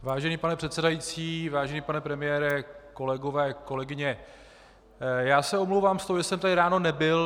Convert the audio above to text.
Vážený pane předsedající, vážený pane premiére, kolegové, kolegyně, omlouvám se, že jsem tady ráno nebyl.